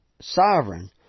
Sovereign